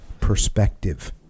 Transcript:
perspective